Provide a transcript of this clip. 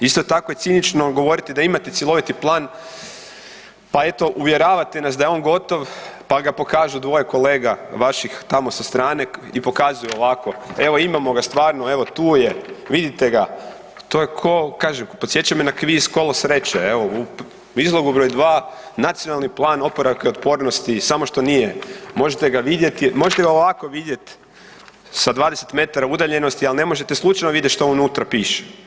Isto tako je cinično govoriti da imate cjeloviti plan pa eto uvjeravate nas da je on gotov pa ga pokažu dvoje kolega vaših tamo sa strane i pokazuju ovako evo imamo ga stvarno, evo tu je, vidite ga, to je ko da kažem, podsjeća me na kviz Kolo sreće, evo u izlogu broj 2 Nacionalni plan oporavaka i otpornosti samo što nije, možete ga vidjeti, možete ga ovako vidjet sa 20 metara udaljenosti, ali ne možete slučajno vidjeti šta unutra piše.